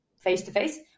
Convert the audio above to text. face-to-face